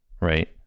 right